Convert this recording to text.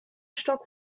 stock